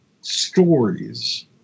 stories